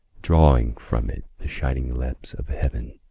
drawing from it the shining lamps of heaven.